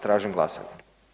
Tražim glasanje.